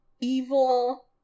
evil